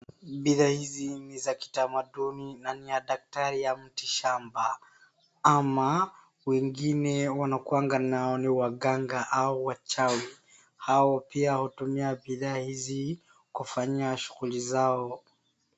Bidhaa hizi ni za kitamaduni na ni ya daktari ya mti shamba. Ama wengine wanakuanga nao ni waganga au wachawi. Hao pia hutumia bidhaa hizi kufanyia shughuli zao.